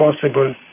possible